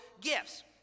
gifts